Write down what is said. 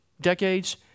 decades